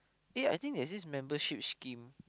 eh I think there is membership scheme